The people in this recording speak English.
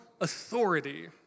authority